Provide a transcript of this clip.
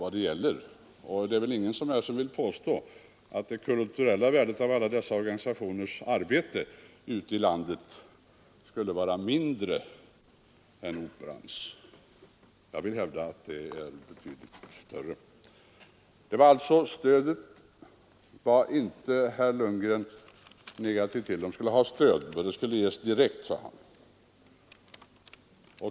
Det finns väl ingen här som vill påstå att det kulturella värdet av alla dessa organisationers arbete ute i landet skulle vara mindre än Operans; jag vill hävda att det är betydligt större. Herr Lundgren ställde sig inte negativ till att organisationerna skulle ha stöd, men det skulle ges direkt, sade han.